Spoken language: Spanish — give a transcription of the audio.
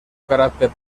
carácter